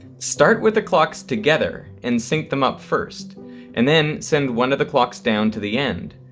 start with the clocks together and sync them up first and then send one of the clocks down to the end.